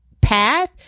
path